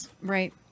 Right